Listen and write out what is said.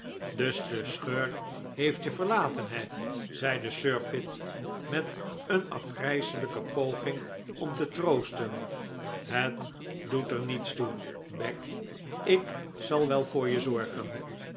dus de schurk heeft je verlaten he zeide sir pitt met een afgrijselijke poging om te troosten het doet er niets toe beck ik zal wel voor je zorgen